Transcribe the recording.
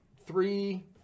three